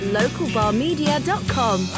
localbarmedia.com